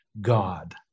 God